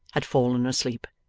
had fallen asleep,